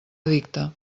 edicte